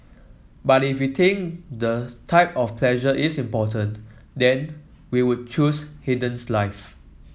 but if we think the type of pleasure is important then we would choose Haydn's life